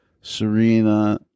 Serena